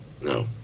No